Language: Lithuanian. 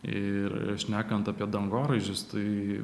ir šnekant apie dangoraižius tai